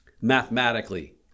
Mathematically